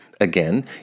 Again